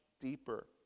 deeper